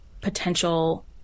potential